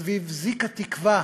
סביב זיק התקווה